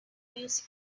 music